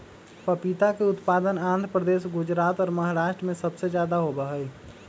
पपीता के उत्पादन आंध्र प्रदेश, गुजरात और महाराष्ट्र में सबसे ज्यादा होबा हई